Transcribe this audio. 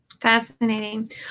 Fascinating